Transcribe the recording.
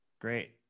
Great